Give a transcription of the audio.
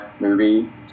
movie